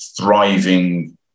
thriving